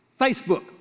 Facebook